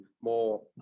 more